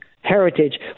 heritage